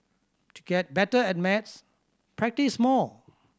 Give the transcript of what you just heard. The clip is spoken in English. to get better at maths practise more